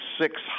six